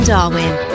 Darwin